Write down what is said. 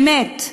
באמת,